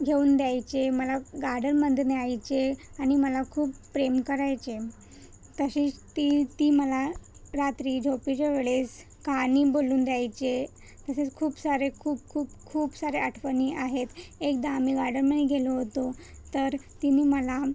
घेऊन द्यायचे मला गार्डनमध्ये न्यायचे आणि मला खूप प्रेम करायचे तसेच ती ती मला रात्री झोपेच्या वेळेस कहाणी बोलून द्यायचे तसेच खूप सारे खूप खूप खूप साऱ्या आठवणी आहेत एकदा आम्ही गार्डनमध्ये गेलो होतो तर तिने मला